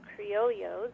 criollos